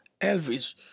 Elvis